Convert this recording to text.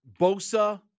Bosa